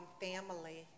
family